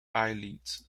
eyelids